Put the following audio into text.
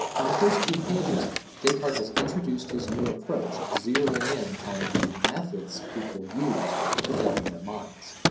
on the first two pages descartes has introduced his new approach, zeroing in on the methods people use to govern their minds.